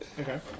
Okay